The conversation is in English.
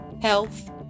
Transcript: health